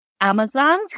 Amazon